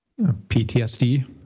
ptsd